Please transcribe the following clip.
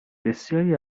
بسیاری